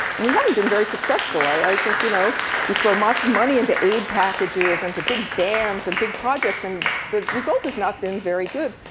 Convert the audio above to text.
and we haven't been very successful. i think you know we throw lots of into aid packages, and to big dams, and big projects. and the result has not been very good.